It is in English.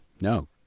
no